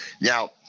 now